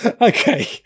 Okay